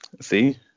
see